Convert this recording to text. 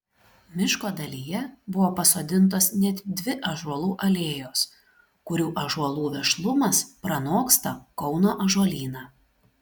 miško dalyje buvo pasodintos net dvi ąžuolų alėjos kurių ąžuolų vešlumas pranoksta kauno ąžuolyną